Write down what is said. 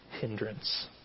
hindrance